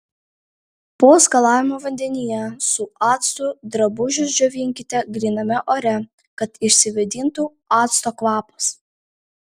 po skalavimo vandenyje su actu drabužius džiovinkite gryname ore kad išsivėdintų acto kvapas